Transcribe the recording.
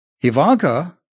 Ivanka